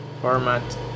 format